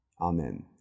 Amen